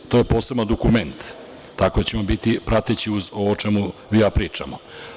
To je poseban dokument, tako ćemo biti prateći uz ovo o čemu ja pričam.